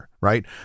right